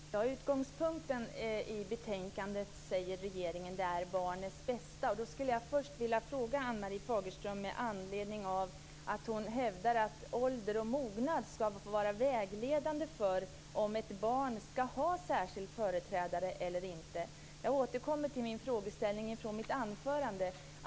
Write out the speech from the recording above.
Fru talman! Utgångspunkten enligt regeringens proposition och enligt betänkandet är barnets bästa. Då skulle jag först vilja ställa en fråga till Ann-Marie Fagerström med anledning av att hon hävdar att ålder och mognad ska vara vägledande för om ett barn ska ha en särskild företrädare eller inte. Jag återkommer till frågeställningen i mitt anförande.